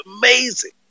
amazing